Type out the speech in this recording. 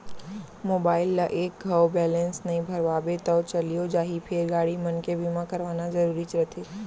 mobile ल एक घौं बैलेंस नइ भरवाबे तौ चलियो जाही फेर गाड़ी मन के बीमा करवाना जरूरीच रथे